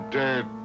dead